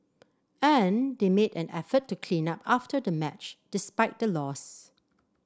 and they made an effort to clean up after the match despite the loss